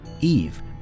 Eve